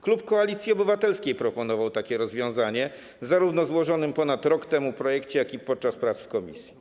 Klub Koalicji Obywatelskiej proponował takie rozwiązanie zarówno w złożonym ponad rok temu projekcie, jak i w czasie prac w komisji.